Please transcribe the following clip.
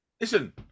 Listen